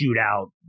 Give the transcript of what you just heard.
shootout